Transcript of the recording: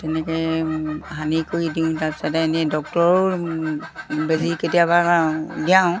তেনেকৈ সানি কৰি দিওঁ তাৰপিছতে এনেই ডক্তৰৰ বেজি কেতিয়াবা দিয়াওঁ